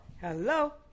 Hello